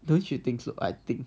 don't you think so I think